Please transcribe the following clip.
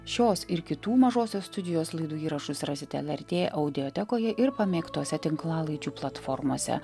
šios ir kitų mažosios studijos laidų įrašus rasite lrt audiotekoje ir pamėgtose tinklalaidžių platformose